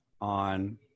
on